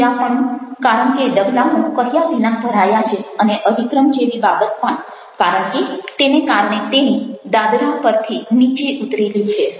ધીરાપણું કારણ કે ડગલાંઓ કહ્યા વિના ભરાયા છે અને અધિક્રમ જેવી બાબત પણ કારણ કે તેને કારણે તેણી દાદર પરથી નીચે ઉતરેલી છે